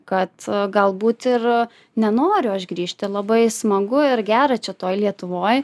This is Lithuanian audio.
kad galbūt ir nenoriu aš grįžti labai smagu ir gera čia toj lietuvoj